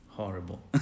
horrible